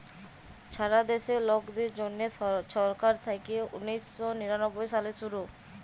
ছারা দ্যাশে লকদের জ্যনহে ছরকার থ্যাইকে উনিশ শ নিরানব্বই সালে শুরু